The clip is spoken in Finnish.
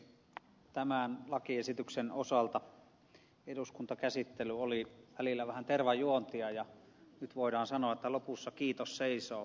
tämän lakiesityksen osalta eduskuntakäsittely oli välillä vähän tervan juontia ja nyt voidaan sanoa että lopussa kiitos seisoo